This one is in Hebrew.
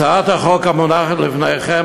הצעת החוק המונחת לפניכם,